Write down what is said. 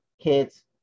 kids